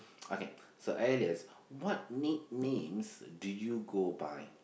okay so alias what nicknames did you go buy